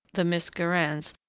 the miss guerins,